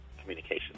communication